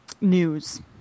news